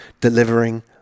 delivering